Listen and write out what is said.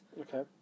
Okay